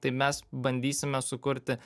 tai mes bandysime sukurti